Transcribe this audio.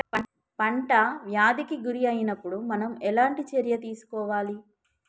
పంట వ్యాధి కి గురి అయినపుడు మనం ఎలాంటి చర్య తీసుకోవాలి?